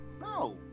no